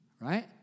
right